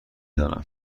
دانم